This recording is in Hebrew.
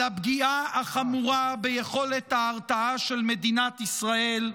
הפגיעה החמורה ביכולת ההרתעה של מדינת ישראל,